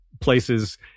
places